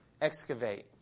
Excavate